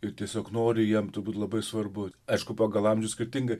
ir tiesiog nori jiem turbūt labai svarbu aišku pagal amžių skirtingai